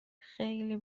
خیلی